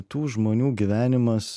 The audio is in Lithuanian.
tų žmonių gyvenimas